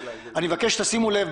אני מבקש שתשימו לב,